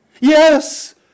Yes